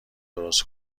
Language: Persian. درست